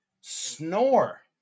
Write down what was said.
Snore